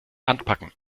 anpacken